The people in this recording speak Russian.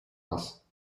нас